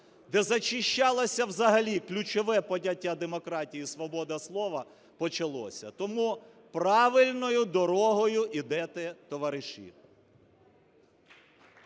де зачищалося взагалі ключове поняття демократії і свобода слова, почалося. Тому правильною дорогою ідете, товариші.